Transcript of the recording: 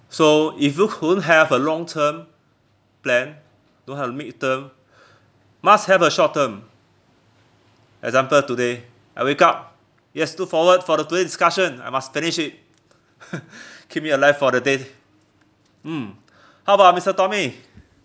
so if you don't have a long term plan don't have mid term must have a short term example today I wake up yes look forward for the today discussion I must finish it keep me alive for the day mm how about mister tommy